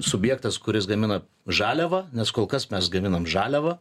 subjektas kuris gamina žaliavą nes kol kas mes gaminam žaliavą